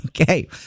Okay